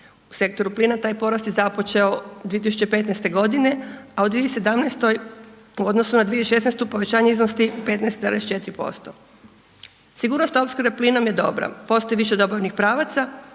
U sektoru plina taj porast je započeo 2015. a u 2017. u odnosu na 2016. povećanje iznosi 15,4%. Sigurnost opskrbe plinom je dobra, postoji više dobavnih pravaca